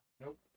Nope